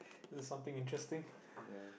ya